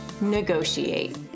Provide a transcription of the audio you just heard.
negotiate